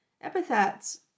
epithets